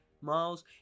Miles